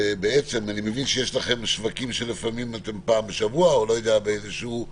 אני מבין שיש לכם שווקים של פעם בשבוע או באיזושהי תקופה.